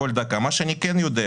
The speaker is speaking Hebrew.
לייצר נוסחה